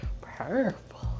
Purple